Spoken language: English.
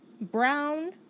brown